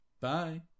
Bye